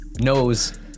knows